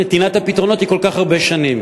שנתינת הפתרונות מתמשכת כל כך הרבה שנים.